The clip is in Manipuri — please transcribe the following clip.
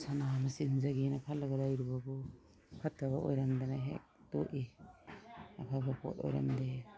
ꯁꯅꯥ ꯑꯃ ꯆꯦꯟꯖꯒꯦꯅ ꯂꯩꯔꯨꯕꯕꯨ ꯐꯠꯇꯕ ꯑꯣꯏꯔꯝꯗꯅ ꯍꯦꯛ ꯇꯣꯛꯏ ꯑꯐꯕ ꯄꯣꯠ ꯑꯣꯏꯔꯝꯗ꯭ꯔꯦ